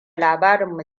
labarin